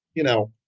you know,